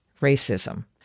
racism